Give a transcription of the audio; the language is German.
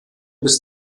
bis